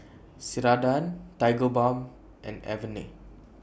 Ceradan Tigerbalm and Avene